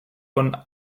von